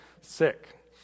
sick